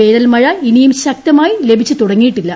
വേന്റൽമിഴ് ഇനിയും ശക്തമായി ലഭിച്ചുതുടങ്ങിയിട്ടില്ല